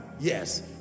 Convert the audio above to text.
Yes